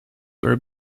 were